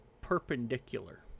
perpendicular